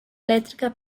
elétrica